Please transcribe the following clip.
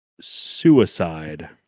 Suicide